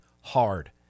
hard